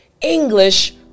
English